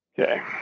Okay